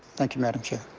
thank you, madam chair.